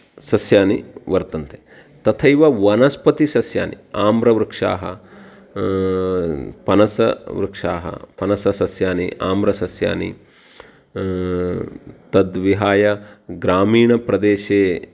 सस्यानि वर्तन्ते तथैव वनस्पतिसस्यानि आम्रवृक्षाः फनसवृक्षाः फनससस्यानि आम्रसस्यानि तद्विहाय ग्रामीणप्रदेशे